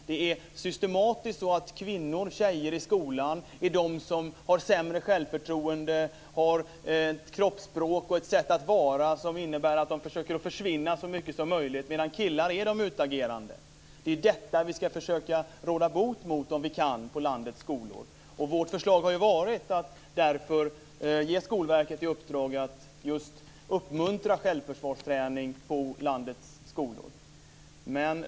Kvinnor och tjejer i skolan är systematiskt de som har sämre självförtroende, ett kroppsspråk och ett sätt att vara som innebär att de försöker försvinna så mycket som möjligt - medan killar är de utagerande. Det är detta som vi ska försöka råda bot på om vi kan på landets skolor. Vårt förslag har därför varit att ge Skolverket i uppdrag att just uppmuntra självförsvarsträning på landets skolor.